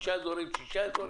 שישה אזורים?